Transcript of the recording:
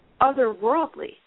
otherworldly